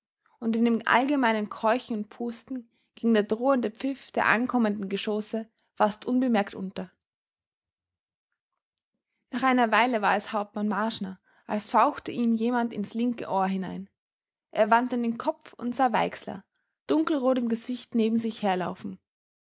und in dem allgemeinen keuchen und pusten ging der drohende pfiff der ankommenden geschosse fast unbemerkt unter nach einer weile war es hauptmann marschner als fauchte ihm jemand ins linke ohr hinein er wandte den kopf und sah weixler dunkelrot im gesicht neben sich herlaufen